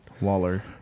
Waller